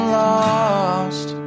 lost